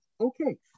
Okay